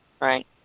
right